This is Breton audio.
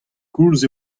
koulz